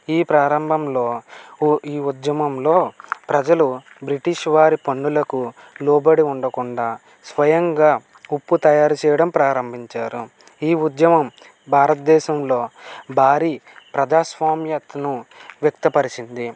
ఈ ప్రారంభంలో ఉ ఈ ఉద్యమంలో ప్రజలు బ్రిటిష్ వారి పన్నులకు లోబడి ఉండకుండా స్వయంగా ఉప్పు తయారు చేయడం ప్రారంభించారు ఈ ఉద్యమం భారత దేశంలో భారీ ప్రజాస్వామ్యతను వ్యక్తపరిచింది